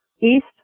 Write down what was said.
east